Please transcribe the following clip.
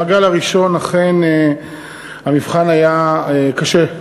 המעגל הראשון, אכן המבחן היה קשה.